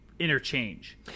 interchange